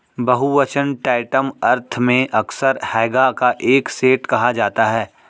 बहुवचन टैंटम अर्थ में अक्सर हैगा का एक सेट कहा जाता है